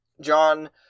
John